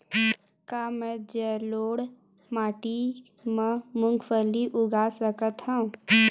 का मैं जलोढ़ माटी म मूंगफली उगा सकत हंव?